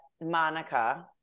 monica